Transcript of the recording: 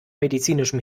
medizinischem